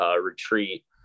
retreat